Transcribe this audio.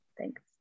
Thanks